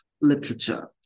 literature